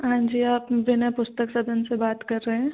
हांजी आप विनय पुस्तक सदन से बात कर रहे है